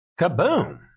Kaboom